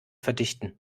verdichten